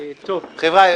חבר'ה,